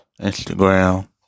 Instagram